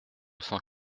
cent